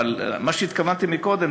מה שהתכוונתי קודם,